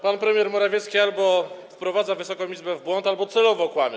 Pan premier Morawiecki albo wprowadza Wysoką Izbę w błąd, albo celowo kłamie.